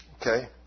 Okay